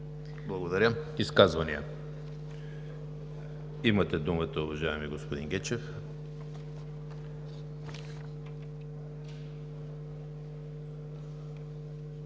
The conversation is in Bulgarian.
ХРИСТОВ: Изказвания? Имате думата, уважаеми господин Гечев.